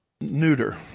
neuter